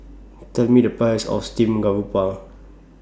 Tell Me The Price of Steamed Garoupa